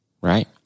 right